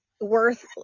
worth